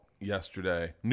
yesterday